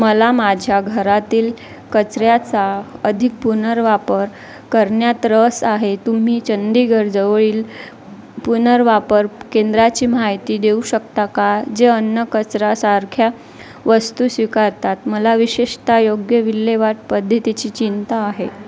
मला माझ्या घरातील कचऱ्याचा अधिक पुनर्वापर करण्यात रस आहे तुम्ही चंदीगडजवळील पुनर्वापर केंद्राची माहिती देऊ शकता का जे अन्न कचरासारख्या वस्तू स्वीकारतात मला विशेषत योग्य विल्हेवाट पद्धतीची चिंता आहे